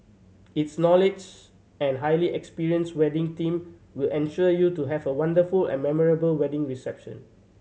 its knowledge and highly experienced wedding team will ensure you to have a wonderful and memorable wedding reception